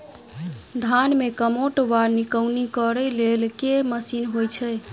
धान मे कमोट वा निकौनी करै लेल केँ मशीन होइ छै?